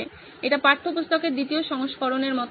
এটি পাঠ্যপুস্তকের দ্বিতীয় সংস্করণের মতো হয়ে যায়